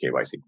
KYC